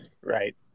Right